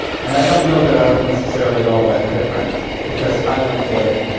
and i don't know that i was necessarily all that different because i went there,